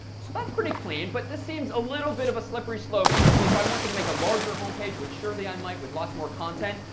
so that's pretty clean, but this seems a little bit of a slippery slope. if if i wanted to make a larger home page, which surely i might, with lots more content,